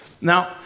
Now